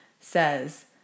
says